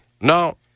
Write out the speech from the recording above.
No